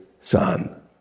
son